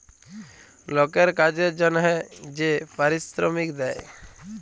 লকের কাজের জনহে যে পারিশ্রমিক দেয়